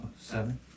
Seven